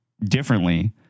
differently